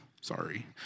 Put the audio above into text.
sorry